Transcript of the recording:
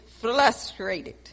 Frustrated